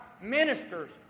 ministers